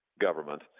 government